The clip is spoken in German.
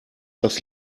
das